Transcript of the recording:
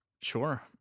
Sure